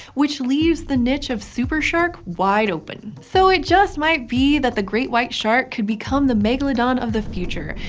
which leaves the niche of super-shark wide open. so it just might be that the great white shark could become the megalodon of the future,